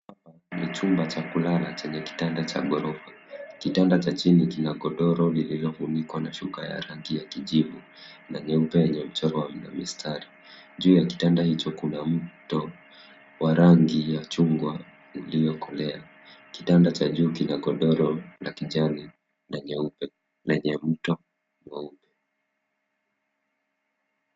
Hapa ni chumba cha kulala chenye kitanda cha gorofa. Kitanda cha chini kina godoro lililofunikwa na shuka ya rangi ya kijivu na nyeupe yenye michoro ya mistari. Juu ya kitanda hicho kuna mto wa rangi ya chungwa iliyokolea. Kitanda cha juu kina godoro la kijani na nyeupe lenye mto mweupe.